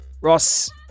Ross